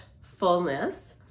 fullness